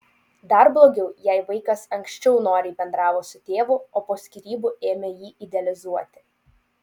dar blogiau jei vaikas anksčiau noriai bendravo su tėvu o po skyrybų ėmė jį idealizuoti